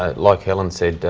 ah like helen said,